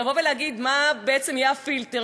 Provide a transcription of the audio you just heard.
ולבוא ולהגיד מה בעצם יהיה הפילטר